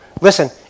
listen